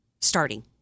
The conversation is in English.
starting